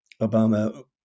Obama